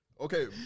Okay